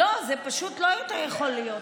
לא, זה פשוט לא יכול להיות ככה.